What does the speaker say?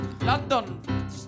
London